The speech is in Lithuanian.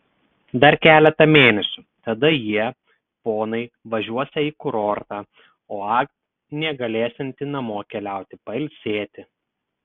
dar keletą mėnesių tada jie ponai važiuosią į kurortą o anė galėsianti namo keliauti pailsėti